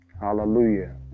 Hallelujah